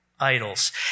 idols